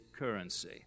Currency